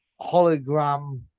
hologram